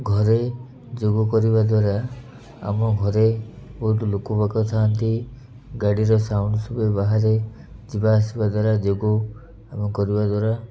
ଘରେ ଯୋଗ କରିବା ଦ୍ୱାରା ଆମ ଘରେ ବହୁତ ଲୋକ ବାକ ଥାଆନ୍ତି ଗାଡ଼ିର ସାଉଣ୍ଡ ଶୁଭେ ବାହାରେ ଯିବା ଆସିବା ଦ୍ୱାରା ଯୋଗ ଆମେ କରିବା ଦ୍ୱାରା